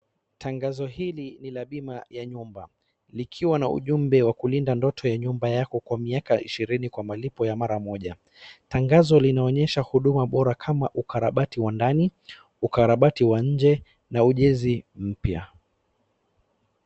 Tangazo hili ni la bima ya nyumba, likiwa na ujumbe wa kulinda ndoto ya nyumba yako kwa miaka ishirini kwa malipo ya mara moja. Tangazo linaonyesha huduma bora kama ukarabati wa ndani, ukarabati wa nje na ujenzi mpya.